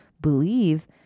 believe